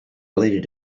related